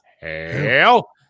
Hell